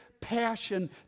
passion